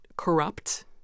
corrupt